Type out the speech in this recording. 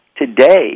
today